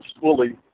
fully